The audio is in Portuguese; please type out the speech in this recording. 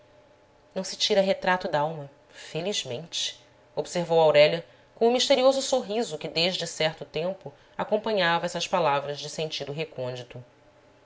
não se tira retrato dalma felizmente observou aurélia com o misterioso sorriso que desde certo tempo acompanhava essas palavras de sentido recôndito